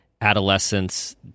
adolescence